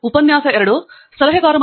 professor